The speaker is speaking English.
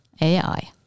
AI